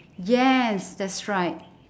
yes that's right